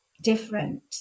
different